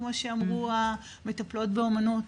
כמו שאמרו המטפלות באומנות,